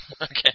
Okay